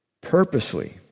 purposely